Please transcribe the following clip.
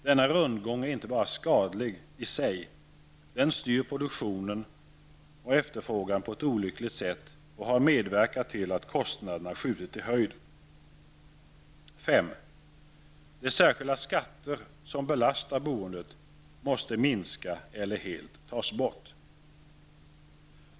Denna rundgång är inte bara skadlig i sig, den styr produktion och efterfrågan på ett olyckligt sätt och har medverkat till att kostnaderna skjutit i höjden. 5. De särskilda skatter som belastar boendet måste minska eller helt tas bort.